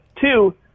two